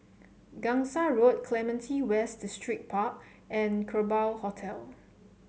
Gangsa Road Clementi West Distripark and Kerbau Hotel